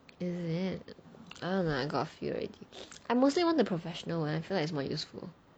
is it I don't know I got few already I mostly want the professional [one] I feel like it's more useful